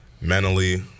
mentally